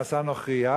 נשא נוכרייה,